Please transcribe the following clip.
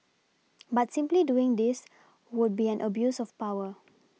but simply doing this would be an abuse of power